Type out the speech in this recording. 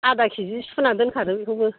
आदाकिजि सुनानै दोनखादो बेखौबो